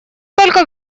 только